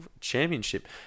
championship